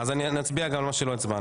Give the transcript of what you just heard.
אז נצביע גם על מה שלא הצבענו.